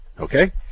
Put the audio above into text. okay